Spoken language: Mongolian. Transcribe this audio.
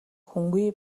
хүнгүй